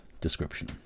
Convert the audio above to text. description